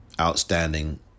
outstanding